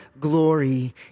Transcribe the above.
glory